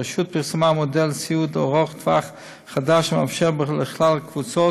הרשות פרסמה מודל סיעוד ארוך טווח חדש המאפשר לכלל הקבוצות,